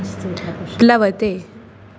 प्लवते